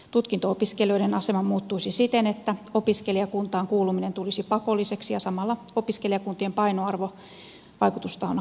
tutkinto opiskelijoiden asema muuttuisi siten että opiskelijakuntaan kuuluminen tulisi pakolliseksi ja samalla opiskelijakuntien painoarvo vaikutustahona kasvaisi